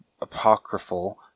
apocryphal